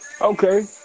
Okay